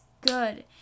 good